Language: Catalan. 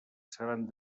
seran